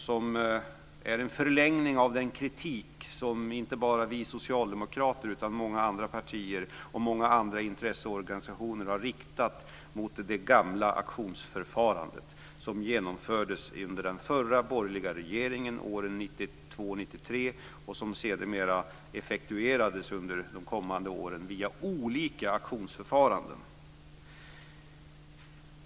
Det är en förlängning av den kritik som inte bara Socialdemokraterna utan många andra partier och många andra intresseorganisationer har riktat mot det gamla auktionsförfarandet som genomfördes under den förra borgerliga regeringen åren 1992-1993 och som sedermera effektuerades under de följande åren via olika auktionsförfaranden.